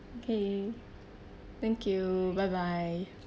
okay thank you bye bye